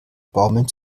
baumeln